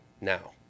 now